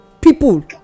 people